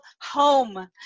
home